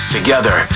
Together